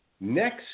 next